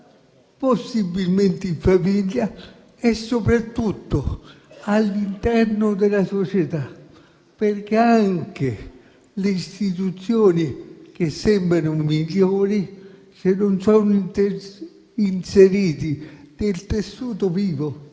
possibilmente in famiglia e soprattutto all'interno della società perché anche le istituzioni che sembrano migliori, se non sono inserite nel tessuto vivo